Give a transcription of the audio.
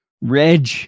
Reg